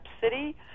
city